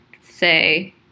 say